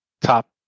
top